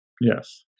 Yes